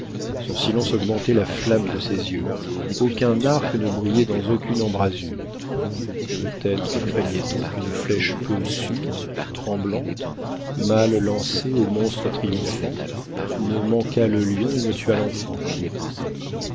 son silence augmentait la flamme de ses yeux aucun arc ne brillait dans aucune embrasure peut-être craignait on qu'une flèche peu sûre tremblante mal lancée au monstre triomphant ne manquât le lion et ne tuât l'enfant